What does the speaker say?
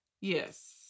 Yes